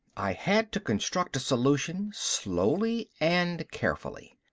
i had to construct a solution, slowly and carefully.